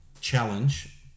challenge